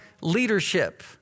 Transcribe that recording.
leadership